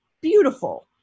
beautiful